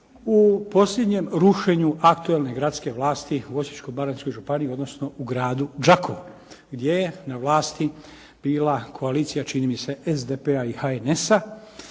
U posljednjem rušenju aktualne gradske vlasti u Osiječko-baranjskoj županiji, odnosno u gradu Đakovu, gdje je na vlasti bila koalicija čini mi se SDP-a i HNS-a